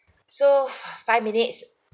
so for five minutes